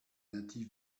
natif